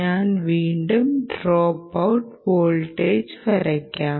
ഞാൻ വീണ്ടും drop out voltage വരയ്ക്കാം